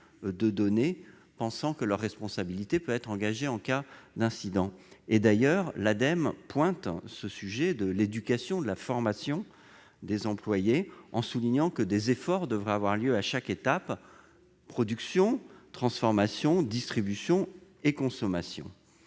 de voir leur responsabilité engagée en cas d'incident. L'Ademe pointe ce sujet de l'éducation et de la formation des employés, en soulignant que des efforts devraient avoir lieu à chaque étape : production, transformation, distribution et consommation.